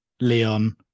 Leon